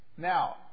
Now